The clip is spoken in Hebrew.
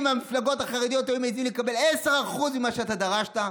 אם המפלגות החרדיות היו מעיזות לקבל 10% ממה שאתה דרשת,